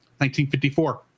1954